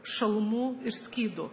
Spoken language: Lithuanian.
šalmu ir skydu